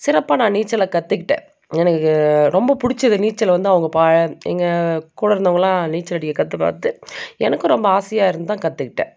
சிறப்பாக நான் நீச்சலை கற்றுக்கிட்டேன் எனக்கு ரொம்ப பிடிச்சது நீச்சல் வந்து அவங்க எங்கள் கூட இருந்தவர்களா நீச்சல் அடிக்கிறதை கற்று பார்த்து எனக்கும் ரொம்ப ஆசையாக இருந்ததுதான் கற்றுக்கிட்டேன்